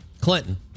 Clinton